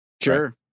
Sure